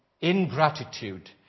ingratitude